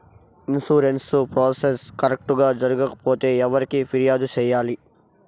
insurance process correct గా జరగకపోతే ఎవరికి ఫిర్యాదు సేయాలి